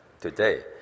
today